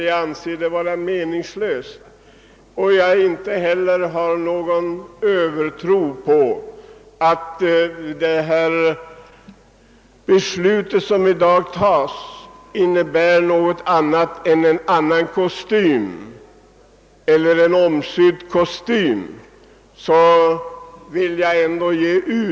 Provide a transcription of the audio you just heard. Jag tror inte att det beslut som i dag kommer att fattas betyder mer än en omsydd kostym.